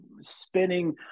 spinning